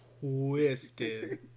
Twisted